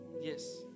Yes